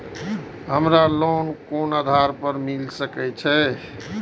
हमरा लोन कोन आधार पर मिल सके छे?